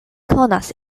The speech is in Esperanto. konas